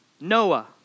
Noah